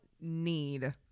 need